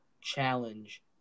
challenge